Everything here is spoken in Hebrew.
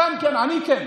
אתם כן, אני כן.